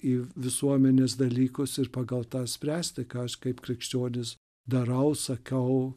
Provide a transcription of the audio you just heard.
į visuomenės dalykus ir pagal tą spręsti ką aš kaip krikščionis darau sakau